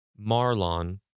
Marlon